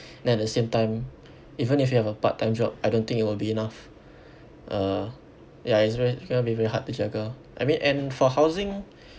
then at the same time even if you have a part-time job I don't think it will be enough uh ya it's very it's gonna be very hard to juggle I mean and for housing